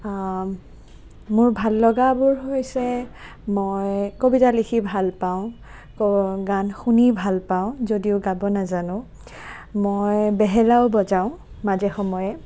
মোৰ ভাল লগাবোৰ হৈছে মই কবিতা লিখি ভাল পাওঁ গান শুনি ভাল পাওঁ যদিও গাব নাজানো মই বেহেলাও বজাও মাজে সময়ে